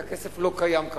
כי הכסף לא קיים כרגע.